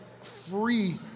free